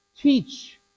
teach